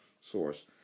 source